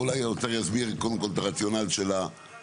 אולי האוצר יסביר קודם כל את הרציונל של החוק